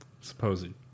Supposing